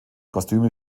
kostüme